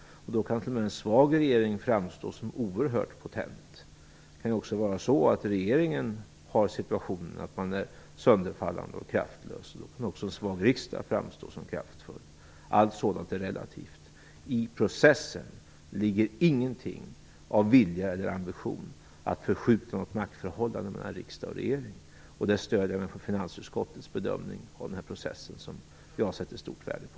Då kan t.o.m. en svag regering framstå som oerhört potent. Det kan också vara så att regeringen är sönderfallande och kraftlös. Då kan en svag riksdag framstå som kraftfull. Allt sådant är relativt. I processen ligger ingenting av vilja eller ambition att förskjuta något maktförhållande mellan riksdag och regering. Där stöder jag mig på finansutskottets bedömning av processen, vilken jag sätter stort värde på.